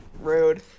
Rude